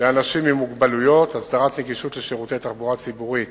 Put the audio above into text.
לאנשים עם מוגבלויות (הסדרת נגישות לשירותי תחבורה ציבורית),